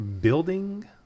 Building